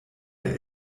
der